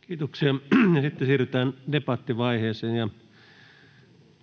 Kiitoksia. — Sitten siirrytään debattivaiheeseen.